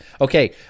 okay